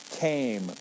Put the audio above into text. came